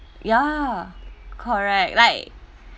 ya correct like